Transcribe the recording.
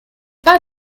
pas